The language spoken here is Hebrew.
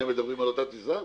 הם מדברים על אותה טיסה?